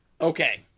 Okay